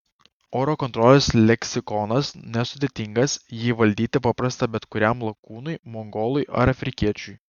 oro kontrolės leksikonas nesudėtingas jį įvaldyti paprasta bet kuriam lakūnui mongolui ar afrikiečiui